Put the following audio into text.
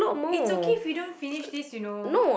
it's okay if we don't finish this you know